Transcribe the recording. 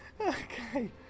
Okay